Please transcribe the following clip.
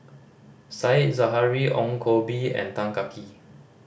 Said Zahari Ong Koh Bee and Tan Kah Kee